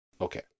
okay